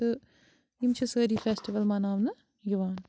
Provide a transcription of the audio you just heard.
تہٕ یِم چھِ سٲری فیٚسٹِول مَناونہٕ یِوان